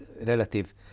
relative